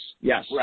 yes